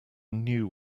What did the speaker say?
new